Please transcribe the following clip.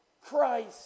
Christ